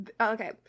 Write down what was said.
Okay